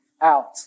out